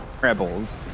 Rebels